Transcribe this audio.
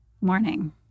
Morning